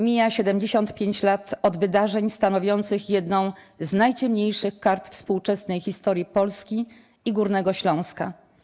Mija 75 lat od wydarzeń stanowiących jedną z najciemniejszych kart współczesnej historii Polski i Górnego Śląska.